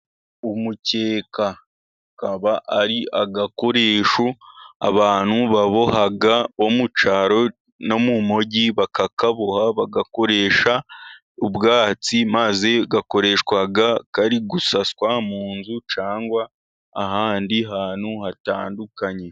Umukeka, akaba ari agakoresho abantu baboha bo mu cyaro no mu mujyi, bakakaboha, bagakoresha ubwatsi, maze gakoreshwa kari gusaswa mu nzu cyangwa ahandi hantu hatandukanye.